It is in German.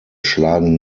schlagen